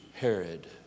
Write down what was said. Herod